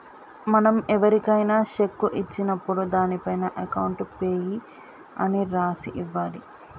మనం ఎవరికైనా శెక్కు ఇచ్చినప్పుడు దానిపైన అకౌంట్ పేయీ అని రాసి ఇవ్వాలి